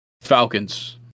Falcons